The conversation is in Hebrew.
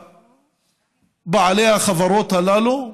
לבעלי החברות הללו,